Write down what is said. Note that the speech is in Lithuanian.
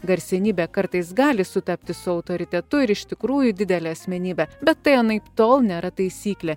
garsenybė kartais gali sutapti su autoritetu ir iš tikrųjų didelė asmenybė bet tai anaiptol nėra taisyklė